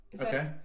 Okay